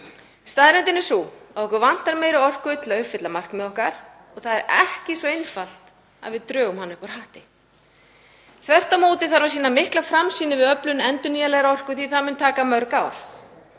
Staðreyndin er sú að okkur vantar meiri orku til að uppfylla markmið okkar. Það er ekki svo einfalt að við drögum hana upp úr hatti. Þvert á móti þarf að sýna mikla framsýni við öflun endurnýjanlegrar orku því að það mun taka mörg ár.